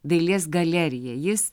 dailės galerija jis